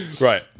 Right